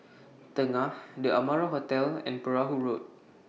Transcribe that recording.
Tengah The Amara Hotel and Perahu Road